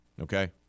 Okay